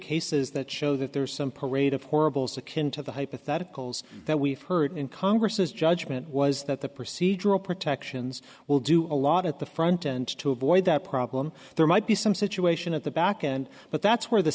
cases that show that there's some parade of horribles akin to the hypotheticals that we've heard in congress's judgement was that the procedural protections will do a lot at the front end to avoid that problem there might be some situation at the back end but that's where the